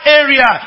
area